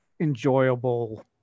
enjoyable